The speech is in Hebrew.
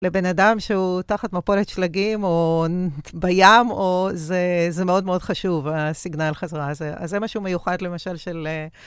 לבן אדם שהוא תחת מפולת שלגים, או בים, או... זה מאוד מאוד חשוב, הסיגנל חזרה הזה. אז זה משהו מיוחד, למשל, של...